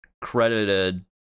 credited